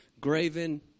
graven